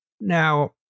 Now